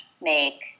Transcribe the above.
make